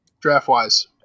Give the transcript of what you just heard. draft-wise